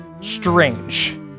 strange